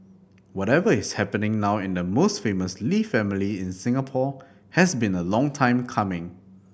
whatever is happening now in the most famous Lee family in Singapore has been a long time coming